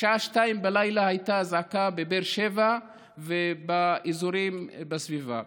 בשעה 02:00 הייתה אזעקה בבאר שבע ובאזורים בסביבה,